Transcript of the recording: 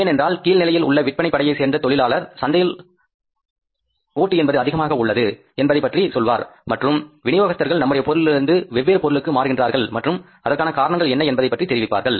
ஏனென்றால் கீழ்நிலையில் உள்ள விற்பனை படையை சேர்ந்த தொழிலாளர் சந்தையில் ஓட்டு என்பது அதிகமாக உள்ளது என்பதை பற்றி சொல்வார் மற்றும் விநியோகஸ்தர்கள் நம்முடைய பொருளிலிருந்து வேறொரு பொருளுக்கு மாறுகின்றார்கள் மற்றும் அதற்கான காரணங்கள் என்ன என்பதைப் பற்றி தெரிவிப்பார்கள்